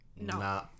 no